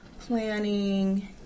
planning